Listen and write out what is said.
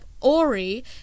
Ori